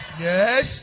Yes